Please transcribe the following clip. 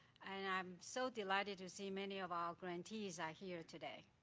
and i'm so delighted to see many of our grantees are here today.